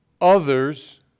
others